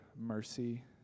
mercy